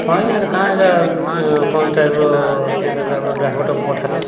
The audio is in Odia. ହଁ ଆଜ୍ଞା ଏଇଟା କାଁ ଏଇଟା କ'ଣ ଟାଇପ୍ର କେନର୍ ଟାଇପ୍ର ଡ୍ରାଇଭରଟାକୁ ପଠାଲେ